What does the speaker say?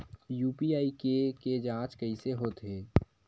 UPI के के जांच कइसे होथे?